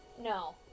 No